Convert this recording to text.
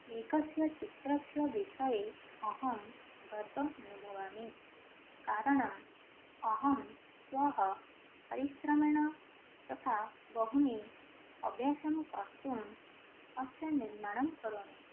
एकस्य चित्रस्य विषये अहं गर्वमनुभवामि कारणम् अहं स्वपरिश्रमेण तथा बहूनि अभ्यासं कर्तुम् अस्य निर्माणं करोमि